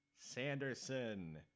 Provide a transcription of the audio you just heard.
Sanderson